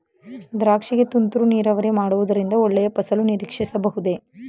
ದ್ರಾಕ್ಷಿ ಗೆ ತುಂತುರು ನೀರಾವರಿ ಮಾಡುವುದರಿಂದ ಒಳ್ಳೆಯ ಫಸಲು ನಿರೀಕ್ಷಿಸಬಹುದೇ?